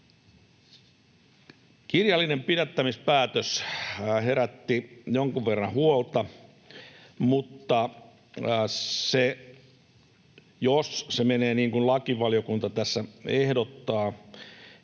Kirjallinen pidättämispäätös herätti jonkun verran huolta, mutta jos se menee niin kuin lakivaliokunta tässä ehdottaa,